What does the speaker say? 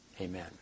Amen